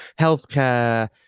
healthcare